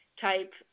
type